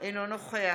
אינו נוכח